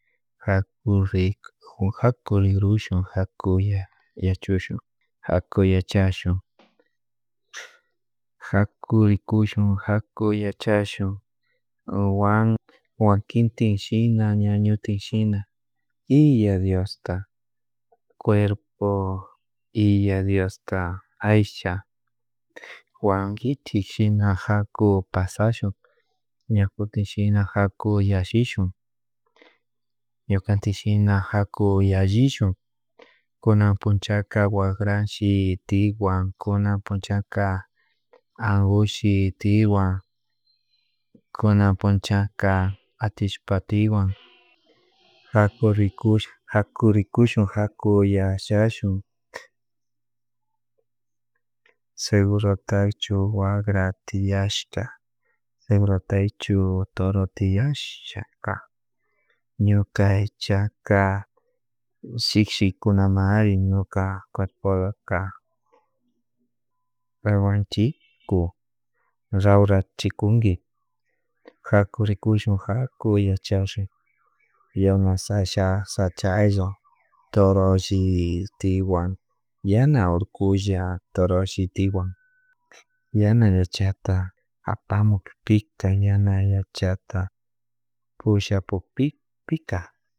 Jaku ri haku rigrushun jaku yachushun jaku yachashun jaku rikushun jaku yachashun wan wakinti shina ñañotin shina y yaya Diosta cuerpo y yaya diosta aycha wankichik shina jaku pasashun ña kutin shina jaku yashishun ñukanchik shina haku yallishun kunan punchaka wakrashi tiwan kuna punchaka atishpa tiwan kuna punchaka atishpa tiwan jaku rikushun jaku rikushun jaku yashashun segurotakcho wakra tiashka segurotaychu toro tiaysha ka ñuka aychaka shikshikunamari ñuka cuerpoka aguanchi ku rawrachikunki jaku rikushun jaku yachashun yamasasha sacha ayllu torolli tiwan yana urkulla toroshi tiwan yana aychata apamikpika yana yachata pushapukpi pika.